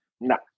no